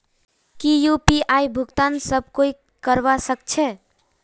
की यु.पी.आई भुगतान सब कोई ई करवा सकछै?